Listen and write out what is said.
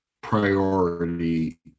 priority